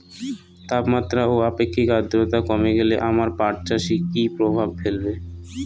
তাপমাত্রা ও আপেক্ষিক আদ্রর্তা কমে গেলে আমার পাট চাষে কী প্রভাব ফেলবে?